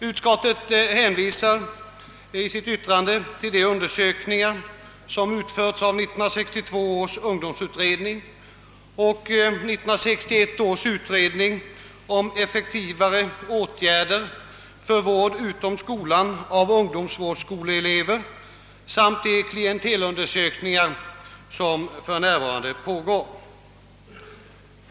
Utskottet hänvisar i sitt yttrande till de undersökningar, som utförts av 1962 års ungdomsutredning och 1961 års utredning om effektivare åtgärder för vård utom skolan av ungdomsvårdsskoleelever, samt till de klientelundersökningar som för närvarande pågår.